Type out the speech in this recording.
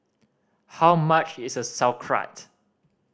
how much is Sauerkraut